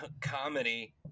comedy